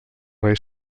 rei